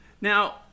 Now